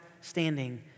standing